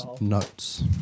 notes